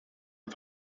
den